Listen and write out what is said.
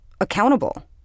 accountable